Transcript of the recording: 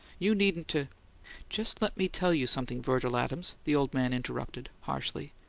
you needn't to just let me tell you something, virgil adams, the old man interrupted, harshly.